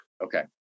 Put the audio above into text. Okay